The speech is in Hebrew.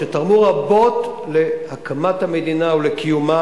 שתרמו רבות להקמת המדינה ולקיומה,